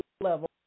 level